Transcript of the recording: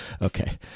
Okay